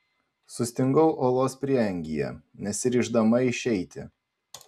sustingau olos prieangyje nesiryždama išeiti